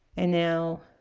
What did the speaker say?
and now